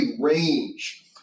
range